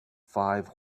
five